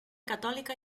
catòlica